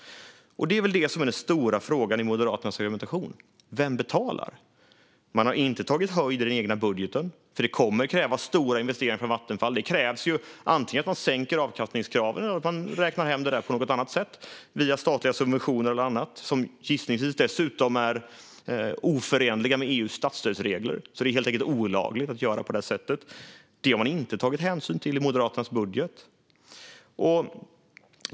Den stora frågan i Moderaternas argumentation är vem som betalar. Man har inte tagit höjd i den egna budgeten eftersom det kommer att kräva stora investeringar från Vattenfall. Det kräver att man antingen sänker avkastningskraven eller räknar hem investeringen på annat sätt, via statliga subventioner eller något annat. De är gissningsvis dessutom oförenliga med EU:s statsstödsregler. Det är helt enkelt olagligt att göra så, och det har man inte tagit hänsyn till i Moderaternas budget.